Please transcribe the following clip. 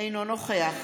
אינו נוכח